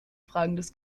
fragendes